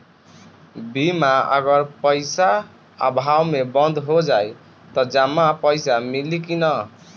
बीमा अगर पइसा अभाव में बंद हो जाई त जमा पइसा मिली कि न?